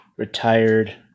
retired